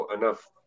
enough